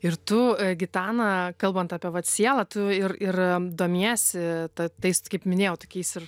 ir tu gitana kalbant apie vat sielą tu ir ir domiesi ta tais kaip minėjau tokiais ir